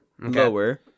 Lower